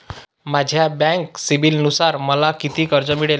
माझ्या बँक सिबिलनुसार मला किती कर्ज मिळेल?